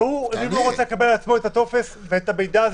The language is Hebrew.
אם הוא רוצה לקבל את המידע הזה,